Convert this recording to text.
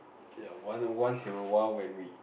ya one once in a while when we